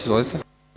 Izvolite.